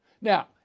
Now